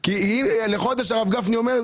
ה-4.2% כקבוע.